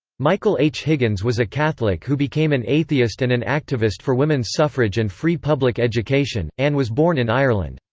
michael h. higgins was a catholic who became an atheist and an activist for women's suffrage and free public education anne was born in ireland.